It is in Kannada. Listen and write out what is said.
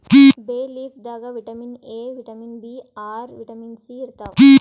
ಬೇ ಲೀಫ್ ದಾಗ್ ವಿಟಮಿನ್ ಎ, ವಿಟಮಿನ್ ಬಿ ಆರ್, ವಿಟಮಿನ್ ಸಿ ಇರ್ತವ್